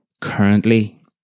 currently